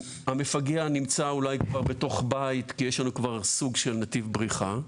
המפגע נמצא אולי כבר בתוך בית כי יש לנו כבר סוג של נתיב בריחה.